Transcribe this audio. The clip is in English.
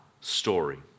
Story